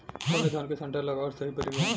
कवने धान क संन्डा लगावल सही परी हो?